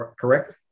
correct